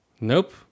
Nope